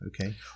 Okay